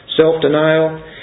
Self-denial